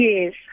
Yes